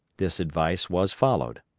this advice was followed.